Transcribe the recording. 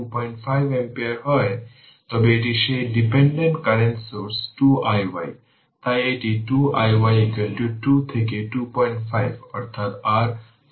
এখন যখন t switch open হয় তখন এই অংশটি চলে যায় যখন t 0 তাই সুইচ t 0 যে সুইচটি ওপেন হয় তার মানে এই অংশটি চলে গেছে